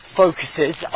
focuses